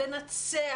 לנצח.